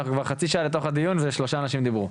אנחנו כבר חצי שעה לתוך הדיון ושלושה אנשים דיברו.